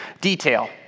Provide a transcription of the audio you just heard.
detail